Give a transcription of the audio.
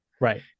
Right